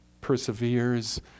perseveres